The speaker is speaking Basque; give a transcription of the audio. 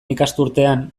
ikasturtean